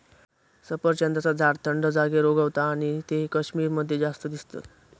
सफरचंदाचा झाड थंड जागेर उगता आणि ते कश्मीर मध्ये जास्त दिसतत